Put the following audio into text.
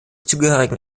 zugehörigen